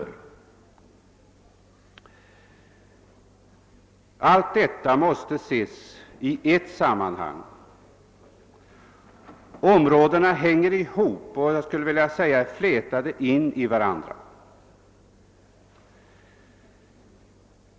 Allt detta måste ses i ett sammanhang. De olika områdena hänger ihop och är inflätade i varandra.